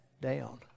down